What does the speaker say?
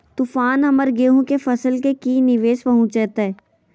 तूफान हमर गेंहू के फसल के की निवेस पहुचैताय?